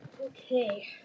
Okay